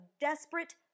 desperate